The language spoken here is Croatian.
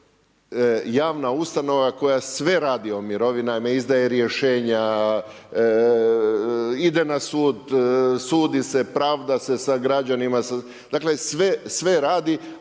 je javna ustanova koja sve radi o mirovina, ne izdaje rješenja, ide na sud, sudi se, pravda se sa građanima dakle sve radi,